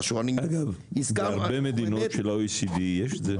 אגב, בהרבה מדינות של ה-OECD יש את זה.